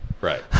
Right